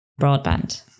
broadband